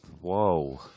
Whoa